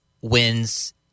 wins